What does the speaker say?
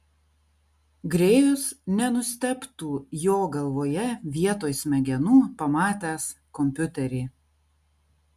grėjus nenustebtų jo galvoje vietoj smegenų pamatęs kompiuterį